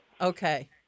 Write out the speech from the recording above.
Okay